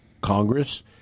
Congress